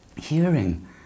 hearing